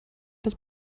das